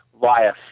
via